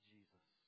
Jesus